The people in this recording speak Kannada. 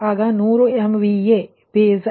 100 MVA ಬೇಸ್ಆಗಿದೆ